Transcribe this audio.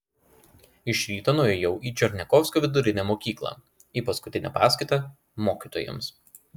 iš ryto nuėjau į černiachovskio vidurinę mokyklą į paskutinę paskaitą mokytojams